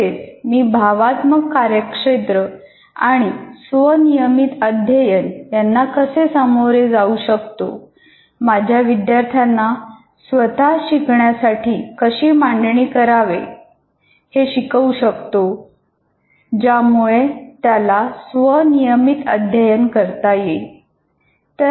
तसेच मी भावात्मक कार्यक्षेत्र आणि स्व नियमित अध्ययन यांना कसे सामोरे जाऊ शकतो माझ्या विद्यार्थ्यांना स्वतः शिकण्यासाठी कशी मांडणी करावी हे शिकवू शकतो ज्यामुळे त्याला स्व नियमित अध्ययन करता येईल